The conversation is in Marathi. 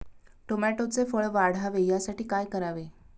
टोमॅटोचे फळ वाढावे यासाठी काय करावे?